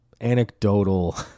anecdotal